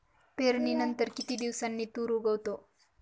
पेरणीनंतर किती दिवसांनी तूर उगवतो?